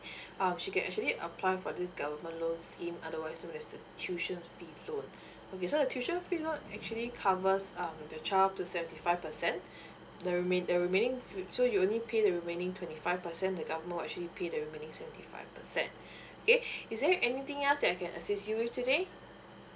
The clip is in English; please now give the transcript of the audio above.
um she can actually apply for this government loan scheme otherwise to minister tuition's fee loan okay so the tuition fee loan actually covers um the child to seventy five percent the remain the remaining so you'll only pay the remaining twenty five percent the government will actually pay the remaining seventy five percent okay is there anything else that I can assist you with today